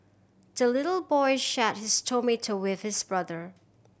the little boy shared his tomato with his brother